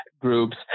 groups